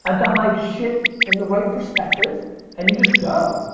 um got my shit in the right perspective and you just go.